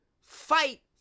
fight